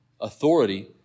authority